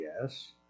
Yes